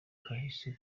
kahise